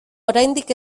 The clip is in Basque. oraindik